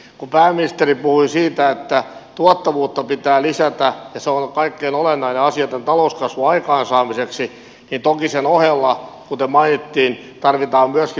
kun pääministeri puhui siitä että tuottavuutta pitää lisätä ja se on kaikkein olennaisin asia tämän talouskasvun aikaansaamiseksi niin toki sen ohella kuten mainittiin tarvitaan myöskin työllisyyttä